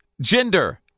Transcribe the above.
gender